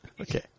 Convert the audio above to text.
Okay